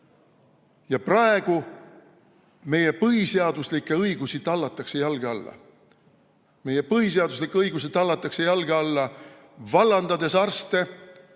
Praegu meie põhiseaduslikke õigusi tallatakse jalge alla. Meie põhiseaduslikke õigusi tallatakse jalge alla, vallandades arste,